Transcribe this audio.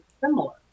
similar